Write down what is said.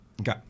Okay